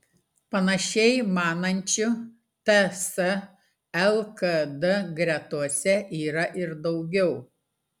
panašiai manančių ts lkd gretose yra ir daugiau